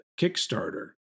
kickstarter